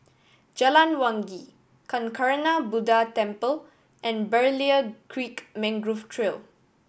Jalan Wangi Kancanarama Buddha Temple and Berlayer Creek Mangrove Trail